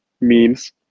memes